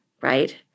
right